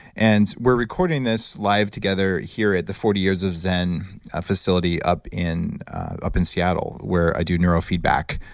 and we're recording this live together here at the forty years of zen facility up in up in seattle where i do neurofeedback,